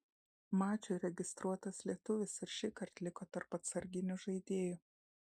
mačui registruotas lietuvis ir šįkart liko tarp atsarginių žaidėjų